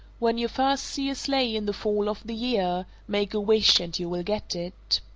when you first see a sleigh in the fall of the year, make a wish, and you will get it.